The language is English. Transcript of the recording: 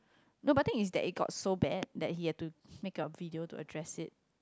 no but the thing is that it got so bad that he had to make a video to address it